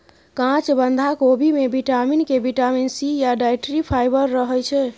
काँच बंधा कोबी मे बिटामिन के, बिटामिन सी या डाइट्री फाइबर रहय छै